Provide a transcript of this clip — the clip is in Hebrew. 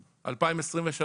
2023,